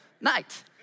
night